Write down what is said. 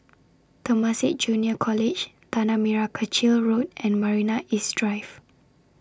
Temasek Junior College Tanah Merah Kechil Road and Marina East Drive